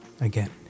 Again